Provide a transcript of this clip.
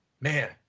Man